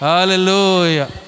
Hallelujah